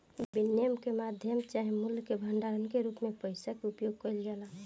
विनिमय के माध्यम चाहे मूल्य के भंडारण के रूप में पइसा के उपयोग कईल जाला